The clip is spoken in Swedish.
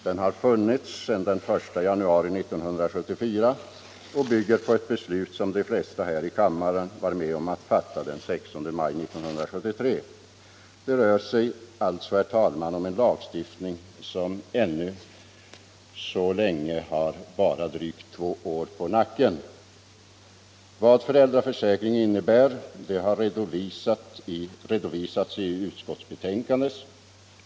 Den har funnits sedan den 1 januari 1974 och bygger på ett beslut som de flesta här i kammaren varit med om att fatta den 16 maj 1973. Det rör sig alltså, herr talman, om en lagstiftning som ännu så länge bara har drygt s1T två år på nacken. Vad föräldraförsäkring innebär har vi redovisat i utskottsbetänkandet.